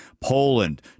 Poland